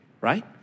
right